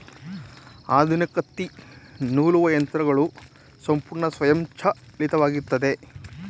ಆಧುನಿಕ ತ್ತಿ ನೂಲುವ ಯಂತ್ರಗಳು ಸಂಪೂರ್ಣ ಸ್ವಯಂಚಾಲಿತವಾಗಿತ್ತವೆ